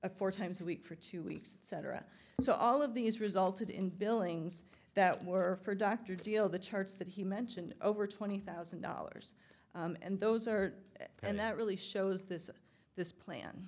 a four times a week for two weeks cetera so all of these resulted in billings that were for dr deal the charts that he mentioned over twenty thousand dollars and those are and that really shows this this plan